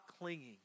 clinging